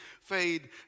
fade